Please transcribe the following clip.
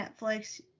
netflix